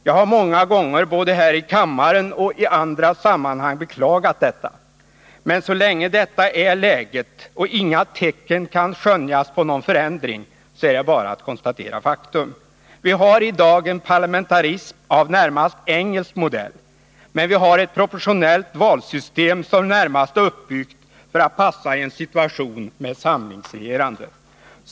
Jag har många gånger både här i kammaren och i andra sammanhang beklagat detta, men så länge läget är sådant och inga tecken kan skönjas på någon förändring är det bara att konstatera faktum. Vi har i dag en parlamentarism av närmast engelsk modell, men vi har ett proportionellt valsystem som närmast är uppbyggt för att passa i en situation med samlingsregerande.